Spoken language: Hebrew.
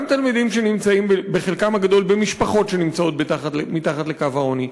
גם תלמידים שנמצאים בחלקם הגדול במשפחות שנמצאות מתחת לקו העוני,